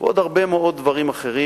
ועוד הרבה מאוד דברים אחרים.